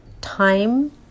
time